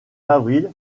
avril